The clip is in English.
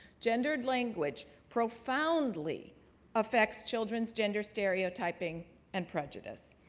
gendered language profoundly affects children's gender stereotyping and prejudice.